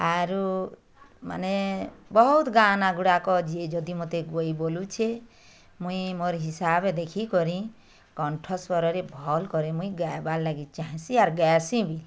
ଆରୁ ମାନେ ବହୁତ ଗାନା ଗୁଡ଼ାକ ଯିଏ ଯଦି ମୋତେ ଗୋଇ ବୋଲୁଛେ ମୁଇଁ ମୋର ହିସାବ ଦେଖି କରି କଣ୍ଠ ସ୍ୱରରେ ଭଲ କରି ମୁଇଁ ଗାଇବାର ଲାଗି ଚାହାଁସି ଆର ଗାସି ବି